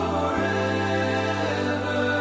Forever